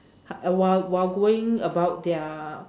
while while going about their